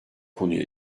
konuya